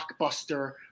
Blockbuster